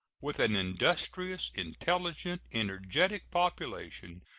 with an industrious, intelligent, energetic population,